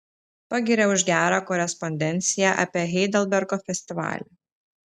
pagiria už gerą korespondenciją apie heidelbergo festivalį